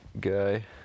guy